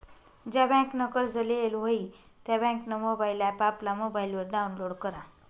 ज्या बँकनं कर्ज लेयेल व्हयी त्या बँकनं मोबाईल ॲप आपला मोबाईलवर डाऊनलोड करा